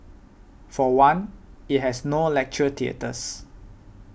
for one it has no lecture theatres